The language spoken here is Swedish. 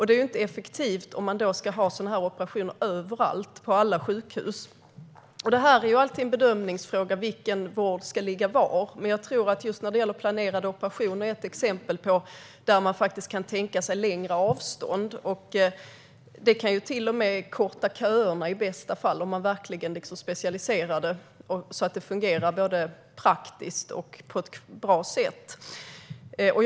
Det är inte effektivt att genomföra sådana operationer överallt, på alla sjukhus. Vilken vård som ska ligga var är alltid en bedömningsfråga. Jag tror att just planerade operationer är ett exempel där man kan tänka sig längre avstånd. Det kan till och med korta köerna, i bästa fall, om man verkligen specialiserar det på ett bra sätt så att det fungerar praktiskt.